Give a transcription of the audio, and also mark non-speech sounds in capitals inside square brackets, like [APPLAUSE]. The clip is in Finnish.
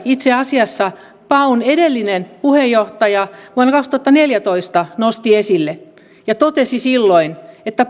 itse asiassa paun edellinen puheenjohtaja vuonna kaksituhattaneljätoista nosti esille ja totesi silloin että [UNINTELLIGIBLE]